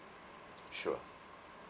sure